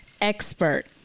expert